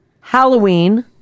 Halloween